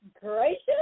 gracious